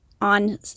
on